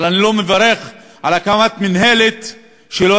אבל אני לא מברך על הקמת מינהלת שלא